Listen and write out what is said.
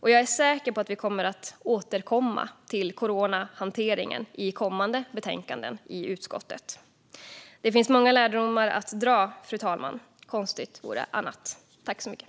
Jag är säker på att vi kommer att återkomma till coronahanteringen i kommande betänkanden i utskottet. Det finns många lärdomar att dra, fru talman. Konstigt vore något annat.